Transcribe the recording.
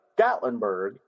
Gatlinburg